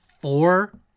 four